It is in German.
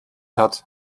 hat